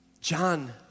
John